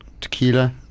tequila